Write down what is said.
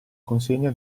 consegna